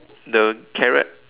the carrot